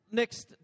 next